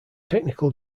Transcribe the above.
technical